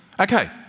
Okay